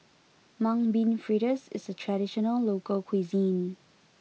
Mung Bean Fritters is a traditional local cuisine